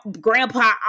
grandpa